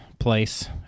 place